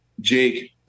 Jake